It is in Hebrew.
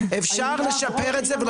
אפשר לשפר את זה.